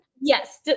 Yes